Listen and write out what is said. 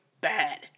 bad